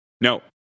No